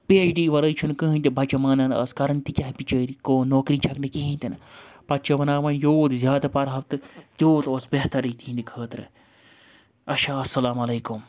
P H D وَرٲے چھُنہٕ کٕہٕنۍ تہِ بَچہٕ مانان آز کَرٕنۍ تہِ کیٛاہ بِچٲۍ کوٚو نوکری چھَک نہٕ کِہیٖنۍ تہِ نہٕ پَتہٕ چھِ وَنان وۄنۍ یوٗت زیادٕ پَرہو تہٕ تیوٗت اوس بہترے تِہنٛدِ خٲطرٕ اچھا اَسَلامُ علیکُم